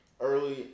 early